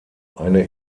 eine